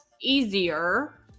easier